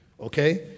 okay